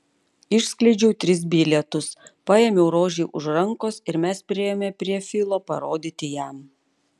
išskleidžiau tris bilietus paėmiau rožei už rankos ir mes priėjome prie filo parodyti jam